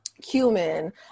cumin